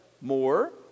more